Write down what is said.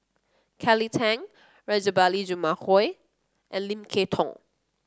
Kelly Tang Rajabali Jumabhoy and Lim Kay Tong